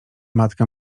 matka